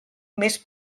mes